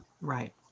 Right